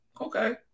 Okay